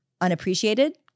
unappreciated